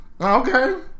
okay